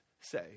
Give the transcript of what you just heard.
say